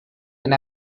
and